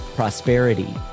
prosperity